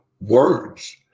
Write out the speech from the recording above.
words